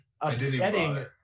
upsetting